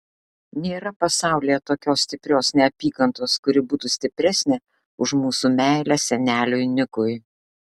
nėra pasaulyje tokios stiprios neapykantos kuri būtų stipresnė už mūsų meilę seneliui nikui